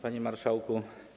Panie Marszałku!